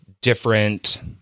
different